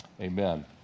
Amen